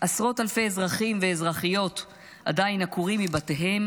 עשרות אלפי אזרחים ואזרחיות עדיין עקורים מבתיהם